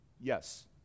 Yes